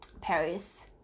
Paris